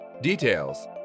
Details